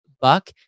buck